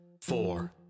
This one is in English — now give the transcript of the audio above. four